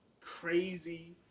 crazy